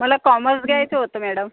मला कॉमर्स घ्यायचं होतं मॅडम